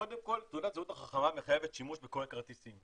קודם כל תעודת זהות חכמה מחייבת שימוש בקורא כרטיסים.